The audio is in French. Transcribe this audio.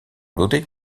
daudet